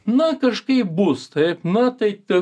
na kažkaip bus taip na tai taip